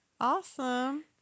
Awesome